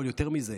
אבל יותר מזה,